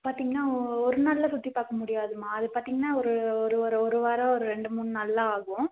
பார்த்திங்கன்னா ஒரு நாளில் சுற்றி பார்க்கமுடியாதும்மா அது பார்த்திங்கன்னா ஒரு ஒரு ஒரு ஒரு வாரம் ரெண்டு மூண் நாள் எல்லாம் ஆகும்